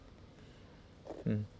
mm